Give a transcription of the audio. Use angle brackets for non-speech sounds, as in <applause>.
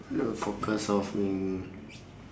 you know focus of <noise>